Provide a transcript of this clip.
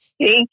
Thank